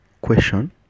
question